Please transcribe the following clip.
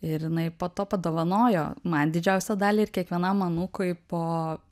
ir jinai po to padovanojo man didžiausią dalį ir kiekvienam anūkui po